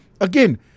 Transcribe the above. Again